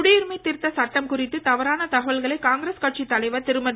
குடியுரிமைத் திருத்த சட்டம் குறித்து தவறான தகவல்களை காங்கிரஸ் தலைவர் திருமதி